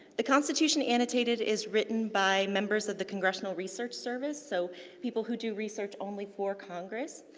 the constitution annotated is written by members of the congressional research services, so people who do research only for congress.